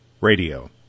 radio